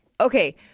Okay